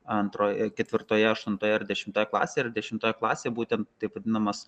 antroje ketvirtoje aštuntoje ir dešimtoje klasėje ir dešimtoje klasėje būtent taip vadinamas